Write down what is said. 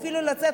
או אפילו לצאת,